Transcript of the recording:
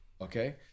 okay